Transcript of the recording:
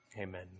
Amen